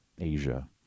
Asia